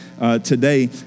today